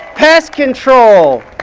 pest control.